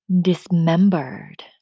dismembered